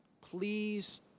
please